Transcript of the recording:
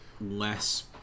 less